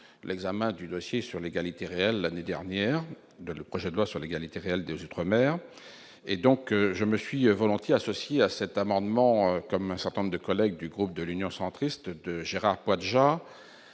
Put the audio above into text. l'examen du dossier sur l'égalité réelle, l'année dernière dans le projet de loi sur l'égalité réelle des outre-mer et donc je me suis volontiers associés à cet amendement comme un certain nombre de collègues du groupe de l'Union centriste de Gérard Poadja